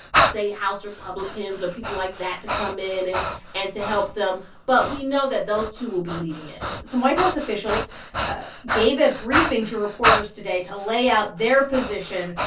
say, house republicans or people like that to come in and and to help them. but we know that those two will be leading it some white house officials ah gave a briefing to reporters today to lay out their position,